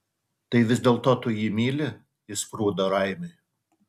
tai vis dėlto tu jį myli išsprūdo raimiui